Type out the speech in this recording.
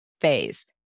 phase